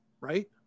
right